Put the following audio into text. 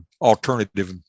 alternative